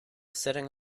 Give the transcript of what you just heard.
sitting